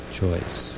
choice